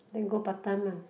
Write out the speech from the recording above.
then go Batam ah